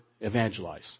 evangelize